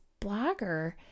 blogger